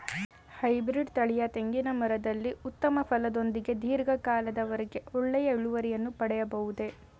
Hybrid ತಳಿಯ ತೆಂಗಿನ ಮರದಲ್ಲಿ ಉತ್ತಮ ಫಲದೊಂದಿಗೆ ಧೀರ್ಘ ಕಾಲದ ವರೆಗೆ ಒಳ್ಳೆಯ ಇಳುವರಿಯನ್ನು ಪಡೆಯಬಹುದೇ?